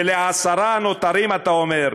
ולעשרה הנותרים אתה אומר,